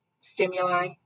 stimuli